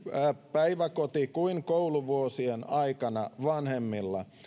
päiväkoti kuin kouluvuosien aikana vanhemmilla